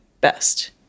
best